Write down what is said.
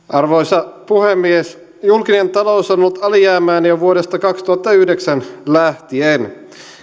arvoisa puhemies julkinen talous on ollut alijäämäinen jo vuodesta kaksituhattayhdeksän lähtien huolimatta